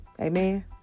Amen